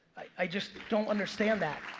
i just don't understand that.